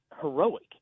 heroic